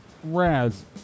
Raz